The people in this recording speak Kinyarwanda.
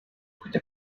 kujya